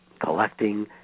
collecting